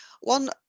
one